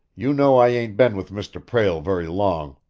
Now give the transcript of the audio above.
you know i ain't been with mr. prale very long.